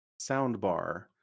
soundbar